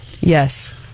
yes